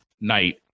night